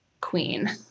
queen